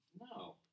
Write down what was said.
No